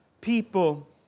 people